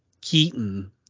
Keaton